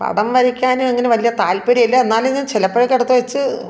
പടം വരയ്ക്കാൻ അങ്ങനെ വലിയ താല്പര്യമില്ല എന്നാലും ഞാൻ ചിലപ്പോഴൊക്കെ എടുത്തു വച്ച്